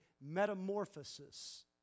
metamorphosis